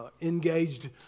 engaged